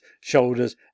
shoulders